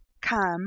come